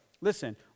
Listen